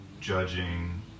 judging